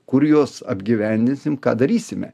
kur juos apgyvendinsim ką darysime